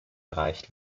erreicht